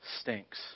stinks